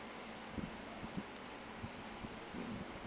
mmhmm